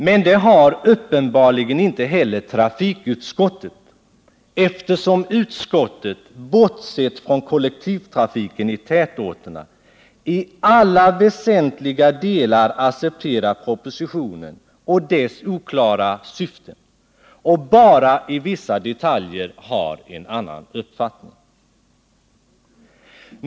Men det har uppenbarligen inte heller trafikutskottet, eftersom utskottet bortsett från kollektivtrafiken i tätorterna i alla väsentliga delar accepterar propositionen och dess oklara syften och bara i vissa detaljer har en annan uppfattning.